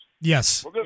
Yes